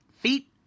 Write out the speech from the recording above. feet